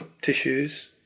tissues